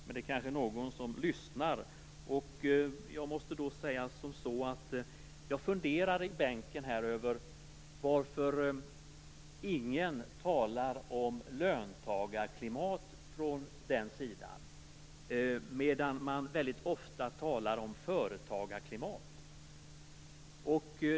Men det är kanske någon som lyssnar på internradion. Jag funderade i min bänk över varför ingen från moderat sida talade om löntagarklimat. Däremot talar man ofta om företagarklimat.